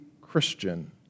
Christian